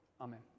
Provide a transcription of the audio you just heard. Amen